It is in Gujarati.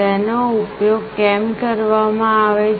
તેનો ઉપયોગ કેમ કરવામાં આવે છે